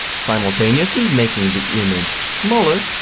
simultaneously, making the image smaller,